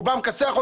הוא מכסח אותו,